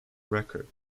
record